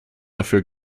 dafür